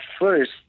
first